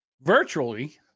virtually